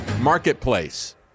marketplace